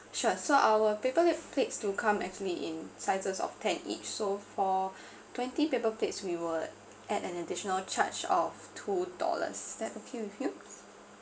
sure so our paper plates do come actually in sizes of ten each so for twenty paper plates we will add an additional charge of two dollars is that okay with you